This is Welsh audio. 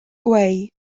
gweu